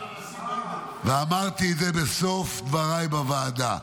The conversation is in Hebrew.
ואמרתי את זה בסוף דבריי בוועדה.